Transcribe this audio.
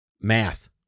Math